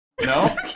No